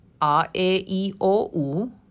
a-e-i-o-u